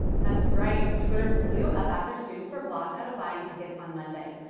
that's right! twitter blew up after students were blocked out of buying tickets on monday.